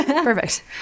Perfect